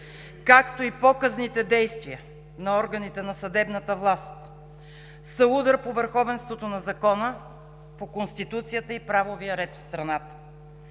както и показните действия на органите на съдебната власт, са удар по върховенството на закона, по Конституцията и правовия ред в страната.